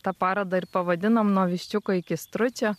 tą parodą ir pavadinom nuo viščiuko iki stručio